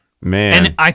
Man